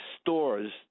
stores